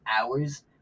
hours